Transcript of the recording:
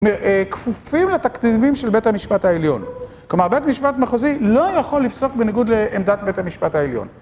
זאת אומרת, כפופים לתכדיבים של בית המשפט העליון. כלומר, בית המשפט המחוזי לא יכול לפסוק בניגוד לעמדת בית המשפט העליון.